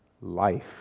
life